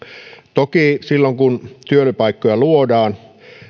toki silloin kun työpaikkoja luodaan